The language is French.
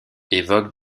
évoquent